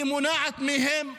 היא מונעת מהם מים,